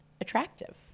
attractive